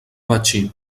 betxí